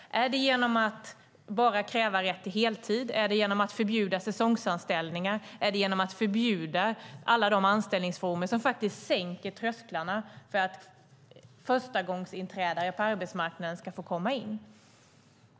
Är det genom att bara kräva rätt till heltid? Är det genom att förbjuda säsongsanställningar? Är det genom att förbjuda alla de anställningsformer som faktiskt sänker trösklarna så att förstagångsinträdare på arbetsmarknaden ska få komma in?